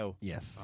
Yes